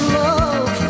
love